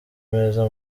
meza